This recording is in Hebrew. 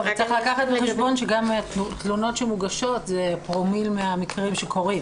צריך לקחת בחשבון שגם התלונות שמוגשות זה פרומיל מהמקרים שקורים.